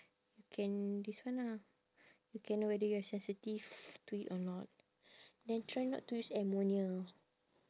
you can this one ah you can know whether you are sensitive to it or not then try not to use ammonia